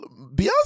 Beyonce